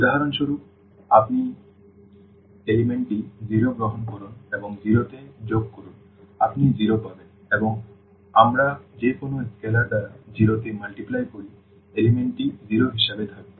উদাহরণস্বরূপ আপনি উপাদানটি 0 গ্রহণ করুন এবং 0 তে যোগ করুন আপনি 0 পাবেন এবং আমরা যে কোনও স্কেলার দ্বারা 0 তে গুণ করি উপাদানটি 0 হিসাবে থাকবে